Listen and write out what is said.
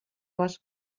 les